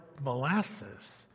molasses